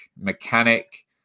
mechanic